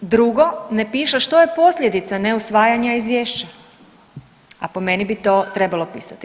Drugo, ne piše što je posljedica neusvajanja izvješća, a po meni bi to trebalo pisati.